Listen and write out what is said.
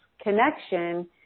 connection